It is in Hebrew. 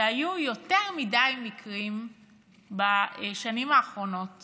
שהיו יותר מדי מקרים בשנים האחרונות